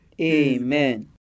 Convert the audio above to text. Amen